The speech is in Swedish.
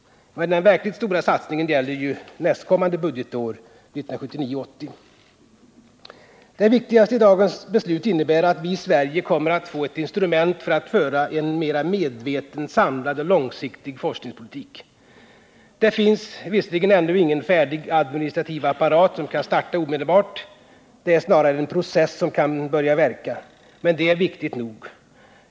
Men den verkligt stora satsningen gäller ju nästkommande budgetår, 1979/80. Det viktigaste i dagens beslut innebär att vi i Sverige kommer att få ett instrument för att föra en mera medveten, samlad och långsiktig forskningspolitik. Det finns visserligen ännu ingen färdig administrativ apparat som kan starta omedelbart. Snarare är det en process som kan börja verka, men det är viktigt nog.